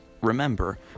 Remember